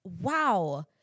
Wow